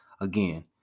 Again